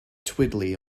twiddly